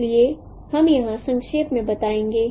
इसलिए हम यहां संक्षेप में बताएंगे